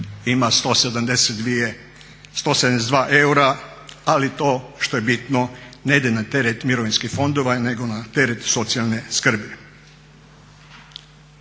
ima 172 eura ali to što je bitno ne ide na teret mirovinskih fondova nego na teret socijalne skrbi.